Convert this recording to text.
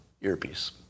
earpiece